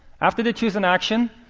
after they choose an action,